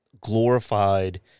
glorified